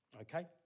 Okay